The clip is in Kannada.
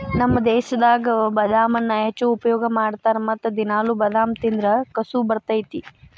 ನಮ್ಮ ದೇಶದಾಗ ಬಾದಾಮನ್ನಾ ಹೆಚ್ಚು ಉಪಯೋಗ ಮಾಡತಾರ ಮತ್ತ ದಿನಾಲು ಬಾದಾಮ ತಿಂದ್ರ ಕಸು ಬರ್ತೈತಿ